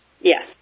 Yes